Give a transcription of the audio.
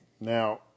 Now